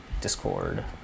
Discord